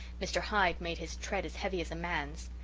mr. hyde made his tread as heavy as a man's.